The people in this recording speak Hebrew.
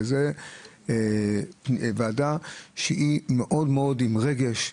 וזו ועדה שהיא מאוד מאוד עם רגש,